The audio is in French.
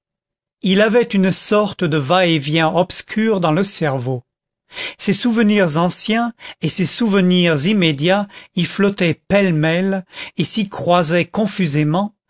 il avait une sorte de va-et-vient obscur dans le cerveau ses souvenirs anciens et ses souvenirs immédiats y flottaient pêle-mêle et s'y croisaient confusément